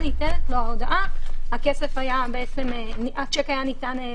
ניתנת לו ההודעה השיק היה ניתן לפירעון.